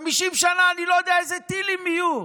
50 שנה, אני לא יודע אילו טילים יהיו,